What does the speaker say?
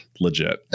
legit